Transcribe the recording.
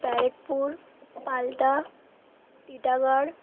Barrackpore Palta Titagarh